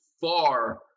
far